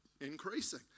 increasing